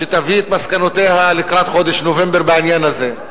תביא לקראת חודש נובמבר את מסקנותיה בעניין הזה.